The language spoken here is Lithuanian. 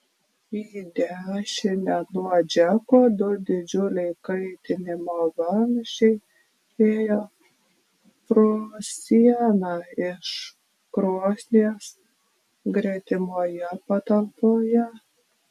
į dešinę nuo džeko du didžiuliai kaitinimo vamzdžiai ėjo pro sieną iš krosnies gretimoje patalpoje